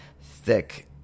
thick